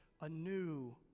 anew